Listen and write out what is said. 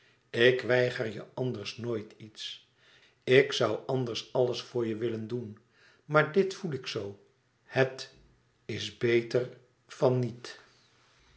ik weiger je anders nooit iets ik zoû anders alles voor je willen doen maar dit voel ik zoo het is beter van niet